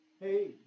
Hey